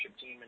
team